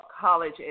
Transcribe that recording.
college